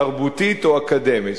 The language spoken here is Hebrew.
תרבותית או אקדמית.